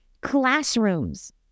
classrooms